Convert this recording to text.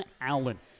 Allen